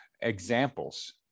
examples